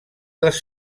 les